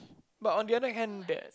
but on the other hands that